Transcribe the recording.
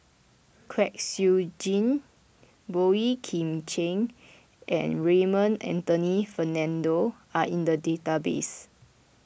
Kwek Siew Jin Boey Kim Cheng and Raymond Anthony Fernando are in the database